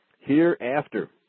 hereafter